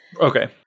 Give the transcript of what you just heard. Okay